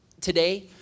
today